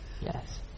Yes